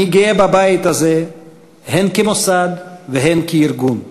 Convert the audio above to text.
אני גאה בבית הזה הן כמוסד והן כארגון.